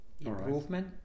improvement